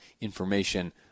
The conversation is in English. information